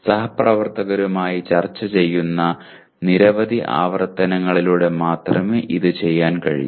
സഹപ്രവർത്തകരുമായി ചർച്ച ചെയ്യുന്ന നിരവധി ആവർത്തനങ്ങളിലൂടെ മാത്രമേ ഇത് ചെയ്യാൻ കഴിയൂ